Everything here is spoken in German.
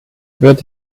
wird